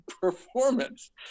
performance